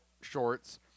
shorts